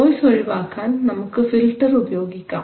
noise ഒഴിവാക്കാൻ നമുക്ക് filter ഉപയോഗിക്കാം